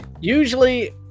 usually